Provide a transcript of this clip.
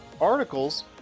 articles